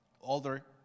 older